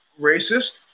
racist